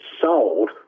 sold